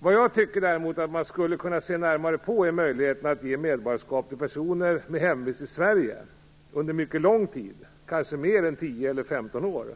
Däremot tycker jag att man skulle kunna se närmare på möjligheten att ge medborgarskap till personer med hemvist i Sverige under en mycket lång tid, kanske mer än 10 eller 15 år.